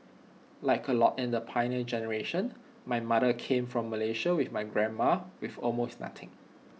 like A lot in the Pioneer Generation my mother came from Malaysia with my grandma with almost nothing